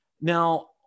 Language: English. now